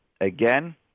again